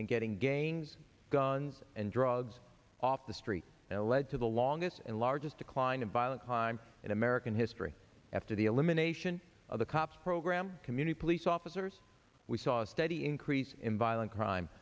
and getting games guns and drugs off the streets now led to the longest and largest decline in violent crime in american history after the elimination of the cops program community police officers we saw a steady increase in violent crime